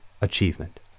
achievement